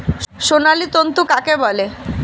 সোনালী তন্তু কাকে বলে?